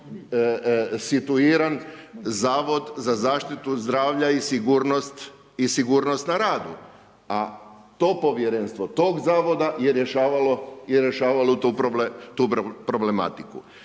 situiran Zavod za zaštitu zdravlja i sigurnost na radu, a to Povjerenstvo, toga Zavoda je rješavalo tu problematiku.